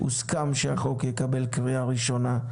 הוסכם שהצעת החוק תעבור בקריאה הראשונה.